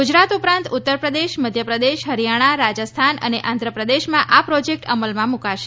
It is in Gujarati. ગુજરાત ઉપરાંત ઉત્તરપ્રદેશ મધ્યપ્રદેશ હરિયાણા રાજસ્થાન અને આંધ્રપ્રદેશમાં આ પ્રોજેક્ટ અમલમાં મૂકાશે